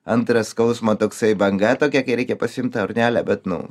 antras skausmo toksai banga tokia kai reikia pasiimt urnelę bet nu